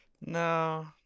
No